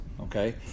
okay